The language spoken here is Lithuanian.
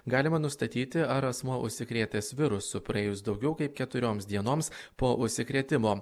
galima nustatyti ar asmuo užsikrėtęs virusu praėjus daugiau kaip keturioms dienoms po užsikrėtimo